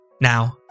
Now